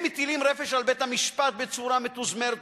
הם מטילים רפש על בית-המשפט בצורה מתוזמרת ומתוכננת,